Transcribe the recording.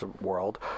world